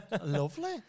Lovely